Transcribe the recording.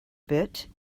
bit